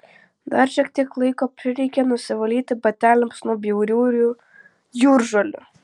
dar šiek tiek laiko prireikė nusivalyti bateliams nuo bjauriųjų jūržolių